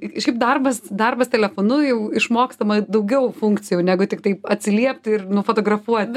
ir šiaip darbas darbas telefonu jau išmokstama daugiau funkcijų negu tiktai atsiliepti ir nufotografuoti